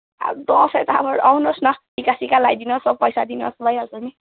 अब दसैँ त अब आउनुहोस् न टिकासिका लगाई दिनुहोस् अब पैसा दिनुहोस् भइहाल्छ नि